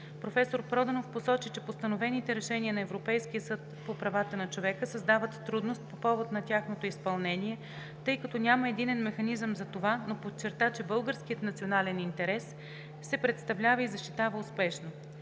Професор Проданов посочи, че постановените решения на Европейския съд по правата на човека създават трудност по повод на тяхното изпълнение, тъй като няма единен механизъм за това, но подчерта, че българският национален интерес се представлява и защитава успешно.